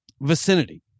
vicinity